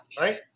right